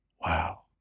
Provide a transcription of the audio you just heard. Wow